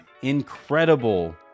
incredible